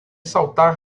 saltar